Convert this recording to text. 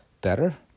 better